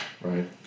Right